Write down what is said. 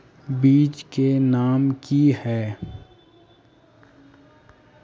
बीज के नाम की है?